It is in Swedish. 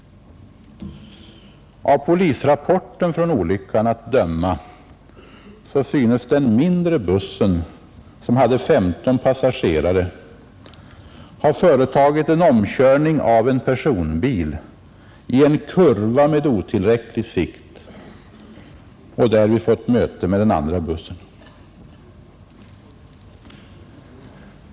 Av polisrapporten från olyckan att döma synes den mindre bussen, som hade 15 passagerare, ha företagit en omkörning av en personbil i en kurva med otillräcklig sikt och därvid fått möte med den andra bussen.